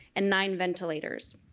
and nine ventilators.